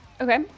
Okay